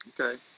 Okay